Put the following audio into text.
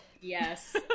Yes